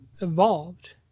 evolved